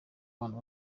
bantu